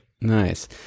Nice